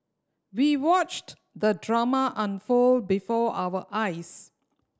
we watched the drama unfold before our eyes